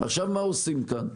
עכשיו מה עושים כאן?